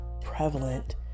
prevalent